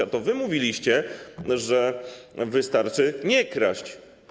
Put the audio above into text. A to wy mówiliście, że wystarczy nie kraść.